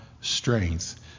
strength